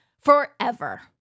forever